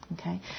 Okay